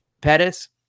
Pettis